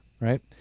right